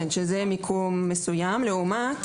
כן, שזה מיקום מסוים לעומת